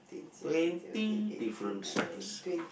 twenty differences